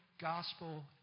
gospel